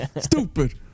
Stupid